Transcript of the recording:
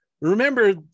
remember